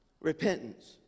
Repentance